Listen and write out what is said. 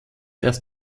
erst